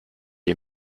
est